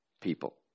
people